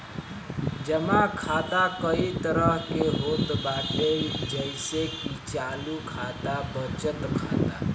जमा खाता कई तरही के होत बाटे जइसे की चालू खाता, बचत खाता